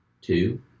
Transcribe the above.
two